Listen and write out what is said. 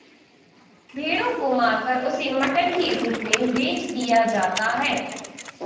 भेड़ों को मारकर उसे मटन के रूप में बेच दिया जाता है